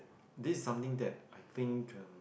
this is something that I think um